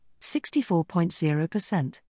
64.0%